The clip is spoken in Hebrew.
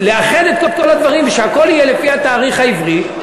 לאחד את כל הדברים ושהכול יהיה לפי התאריך העברי,